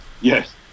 Yes